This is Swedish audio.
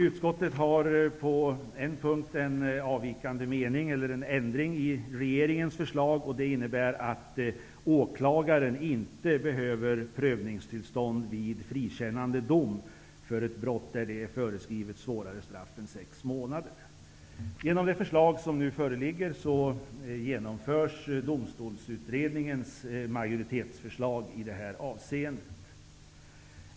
Utskottet föreslår emellertid på en punkt en ändring i regeringens förslag. Utskottet föreslår att åklagaren inte skall behöva prövningstillstånd vid frikännande dom för ett brott där det är föreskrivet svårare straff än sex månader. Vid ett bifall till utskottets förslag skulle Domstolsutredningens majoritetsförslag i detta avseende komma att genomföras.